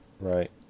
Right